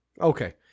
Okay